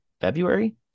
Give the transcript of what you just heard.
February